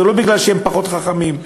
זה לא מפני שהם פחות חכמים,